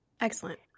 Excellent